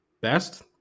best